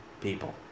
people